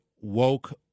woke